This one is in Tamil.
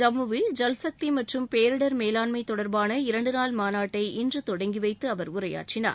ஜம்முவில் ஜல்சக்தி மற்றும் பேரிடர் மேலாண்மை தொடர்பான இரண்டு நாள் மாநாட்டை இன்று தொடங்கிவைத்து அவர் உரையாற்றினார்